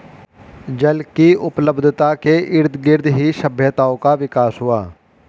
जल की उपलब्धता के इर्दगिर्द ही सभ्यताओं का विकास हुआ